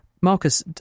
Marcus